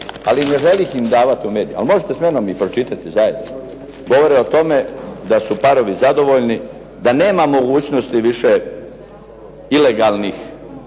ih ne želim davati u medije. Ali ih možete pročitati sa mnom zajedno, govore o tome da su parovi zadovoljni, da nema mogućnosti više ilegalnih